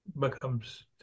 becomes